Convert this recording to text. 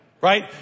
Right